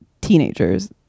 teenagers